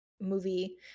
movie